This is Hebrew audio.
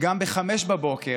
גם ב-05:00,